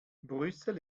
brüssel